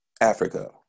Africa